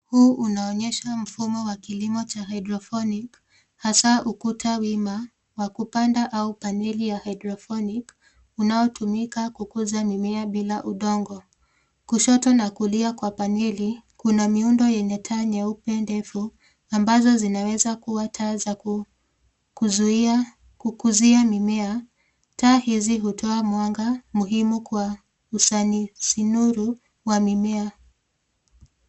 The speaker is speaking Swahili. Huu unaonyesha mfumo wa kilimo cha hydroponic hasa ukuta wima wa kupanda au paneli ya hydroponic unaotumika kukuza mimea bila udongo. Kushoto na kulia kwa paneli, kuna miundo yenye taa nyeupe ndefu ambazo zinaweza kuwa taa za kukuzia mimea. Taa hizi hutoa mwanga muhimu kwa usanisinuru wa mimea.